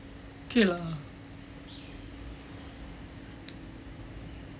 okay lah